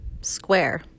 Square